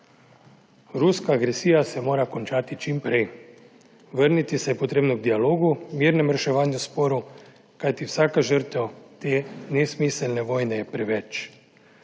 Ruska agresija se mora končati čim prej. Vrniti se je potrebno k dialogu, mirnemu reševanju sporov, kajti vsaka žrtev te nesmiselne vojne je preveč.